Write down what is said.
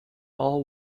all